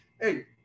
Hey